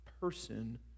person